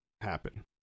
happen